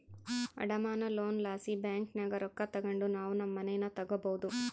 ಅಡಮಾನ ಲೋನ್ ಲಾಸಿ ಬ್ಯಾಂಕಿನಾಗ ರೊಕ್ಕ ತಗಂಡು ನಾವು ನಮ್ ಮನೇನ ತಗಬೋದು